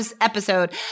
episode